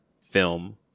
Film